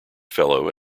fellow